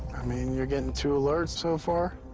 i mean, you're getting two alerts so far.